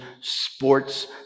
sports